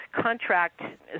contract